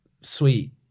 sweet